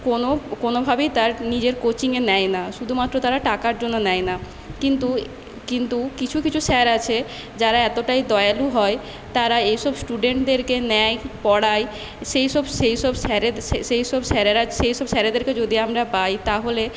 কোন কোনোভাবেই তার নিজের কোচিংয়ে নেয় না শুধুমাত্র তারা টাকার জন্য নেয় না কিন্তু কিন্তু কিছু কিছু স্যার আছে যারা এতটাই দয়ালু হয় তারা এইসব স্টুডেন্টদেরকে নেয় পড়ায় সেইসব সেইসব স্যারের সেইসব স্যারেরা সেইসব স্যারদেরকে যদি আমরা পাই তাহলে